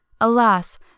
Alas